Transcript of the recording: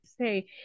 say